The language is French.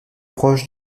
proche